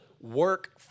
work